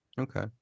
Okay